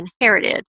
inherited